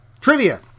Trivia